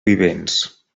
vivents